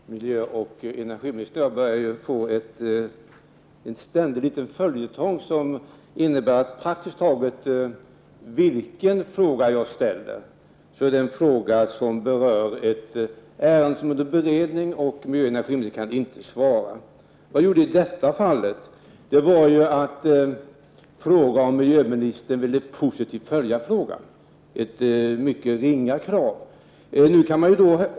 Herr talman! Mellan miljöoch energiministern och mig börjar det bli en följetong som innebär att praktiskt taget vilken fråga jag än ställer så gäller det ett ärende som är under beredning, och följaktligen kan miljöoch energiministern inte svara. I detta fall undrade jag om miljöoch energiministern ville positivt följa frågan, ett mycket ringa krav.